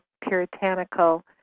puritanical